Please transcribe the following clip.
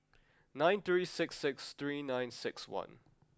nine three six six three nine six one